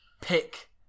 Pick